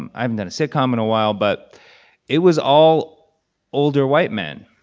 and i haven't done a sitcom in a while, but it was all older, white men.